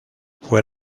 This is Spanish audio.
fue